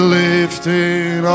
lifting